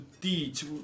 teach